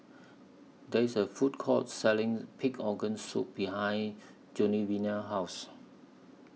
There IS A Food Court Selling Pig Organ Soup behind Genoveva's House